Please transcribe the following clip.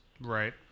Right